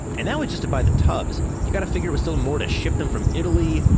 and that was just to buy the tubs! you got to figure it was still more to ship them from italy,